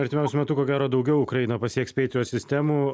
artimiausiu metu ko gero daugiau ukrainą pasieks patriot sistemų